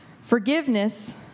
Forgiveness